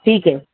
ٹھیک ہے